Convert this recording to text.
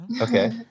Okay